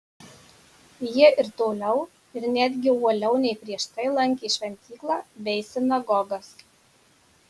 jie ir toliau ir netgi uoliau nei prieš tai lankė šventyklą bei sinagogas